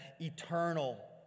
eternal